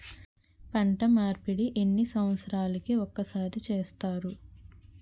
పంట మార్పిడి ఎన్ని సంవత్సరాలకి ఒక్కసారి చేస్తారు?